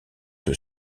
sur